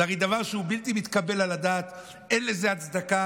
זה הרי דבר בלתי מתקבל על הדעת, אין לזה הצדקה.